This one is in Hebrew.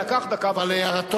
אז זה לקח דקה וחצי.